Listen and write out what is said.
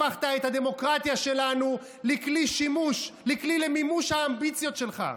הפכת את הדמוקרטיה שלנו לכלי למימוש האמביציות שלך,